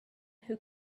who